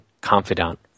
confidant